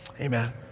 Amen